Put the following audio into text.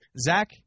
Zach